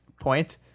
point